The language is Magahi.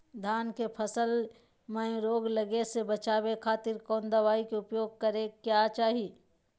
धान के फसल मैं रोग लगे से बचावे खातिर कौन दवाई के उपयोग करें क्या चाहि?